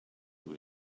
who